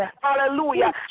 Hallelujah